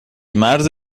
مرد